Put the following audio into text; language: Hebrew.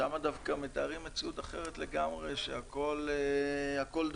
שם דווקא מתארים מציאות אחרת לגמרי, שהכול דבש,